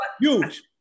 Huge